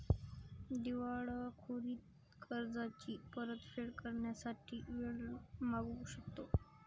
दिवाळखोरीत कर्जाची परतफेड करण्यासाठी वेळ मागू शकतो